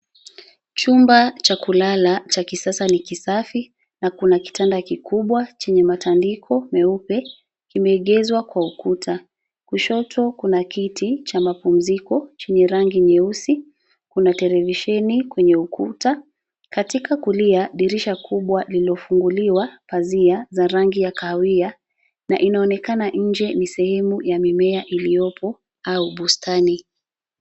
Chumba cha kulala cha kisasa ni kisafi na kuna kitanda kikubwa chenye matandiko meupe kimeegezwa kwa ukuta. Kushoto kuna kiti cha mapumziko chenye rangi nyeusi kuna televisheni kwenye ukuta. Katika kulia, dirisha kubwa lililofunguliwa pazia za rangi ya kahawia na inaonekana nje ni sehemu ya mimea iliyopo au bustani.